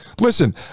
listen